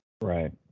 Right